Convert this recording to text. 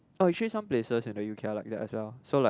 oh actually some places in the U_K are like that as well so like